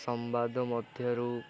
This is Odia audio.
ସମ୍ବାଦ ମଧ୍ୟରୁ